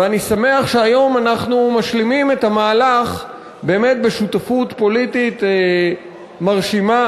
ואני שמח שהיום אנחנו משלימים את המהלך באמת בשותפות פוליטית מרשימה.